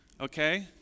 okay